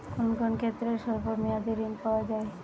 কোন কোন ক্ষেত্রে স্বল্প মেয়াদি ঋণ পাওয়া যায়?